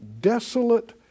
desolate